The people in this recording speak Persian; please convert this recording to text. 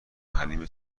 حلیمه